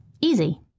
easy